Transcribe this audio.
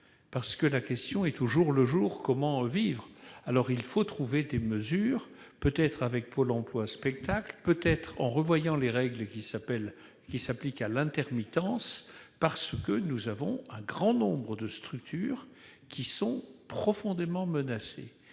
inquiets. La question est toujours la même : comment vivre au jour le jour ? Il faut trouver des mesures, peut-être avec Pôle emploi Spectacle, peut-être en revoyant les règles qui s'appliquent à l'intermittence, car un grand nombre de structures sont profondément menacées.